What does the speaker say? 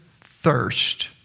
thirst